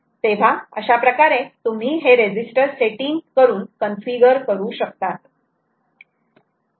तेव्हा अशा प्रकारे तुम्ही हे रेजिस्टर सेटिंग करून कन्फिगर करू शकतात